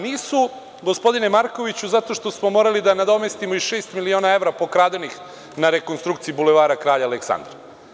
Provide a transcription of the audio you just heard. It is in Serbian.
Nisu, gospodine Markoviću, zato što smo morali da nadomestimo i šest miliona evra pokradenih na rekonstrukciji Bulevara Kralja Aleksandra.